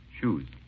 Shoes